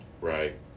Right